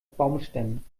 baumstämmen